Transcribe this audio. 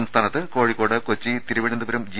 സംസ്ഥാനത്ത് കോഴിക്കോട് കൊച്ചി തിരുവനന്തപുരം ജി